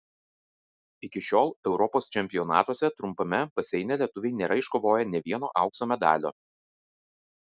iki šiol europos čempionatuose trumpame baseine lietuviai nėra iškovoję nė vieno aukso medalio